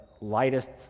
lightest